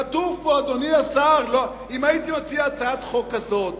כתוב פה, אדוני השר, אם הייתי מציע הצעת חוק כזאת